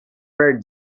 very